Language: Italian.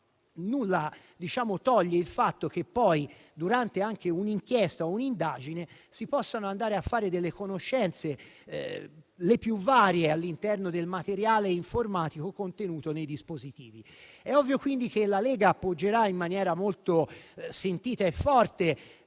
nulla toglie il fatto che poi anche durante un'inchiesta o un'indagine si possano andare a fare delle conoscenze, le più varie, all'interno del materiale informatico contenuto nei dispositivi. È ovvio, quindi, che la Lega appoggerà in maniera molto sentita e forte